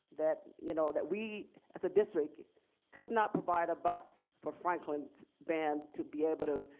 that you know that we as a district could not provide a bus for franklin band to be able to,